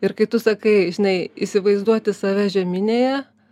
ir kai tu sakai žinai įsivaizduoti save žieminėje